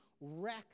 wreck